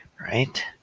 right